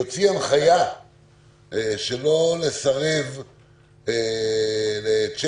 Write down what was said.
יוציא הנחיה שלא לסרב לצ'קים.